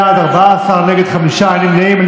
בעד, 14, נגד, חמישה, אין נמנעים.